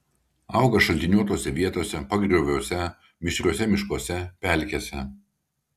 auga šaltiniuotose vietose pagrioviuose mišriuose miškuose pelkėse